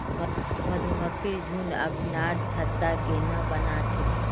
मधुमक्खिर झुंड अपनार छत्ता केन न बना छेक